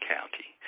County